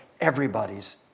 everybody's